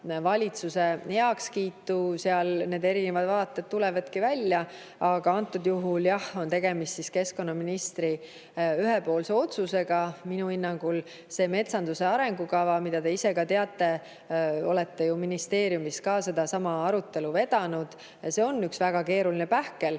valitsuse heakskiitu, erinevad vaated tulevadki välja. Ent antud juhul, jah, on tegemist keskkonnaministri ühepoolse otsusega. Minu hinnangul on metsanduse arengukava, mida te ise ka teate, olete ju ministeeriumis sedasama arutelu vedanud, üks väga kõva pähkel